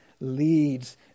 leads